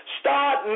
start